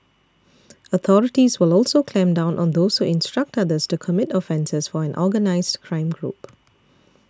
authorities will also clamp down on those who instruct others to commit offences for an organised crime group